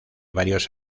varios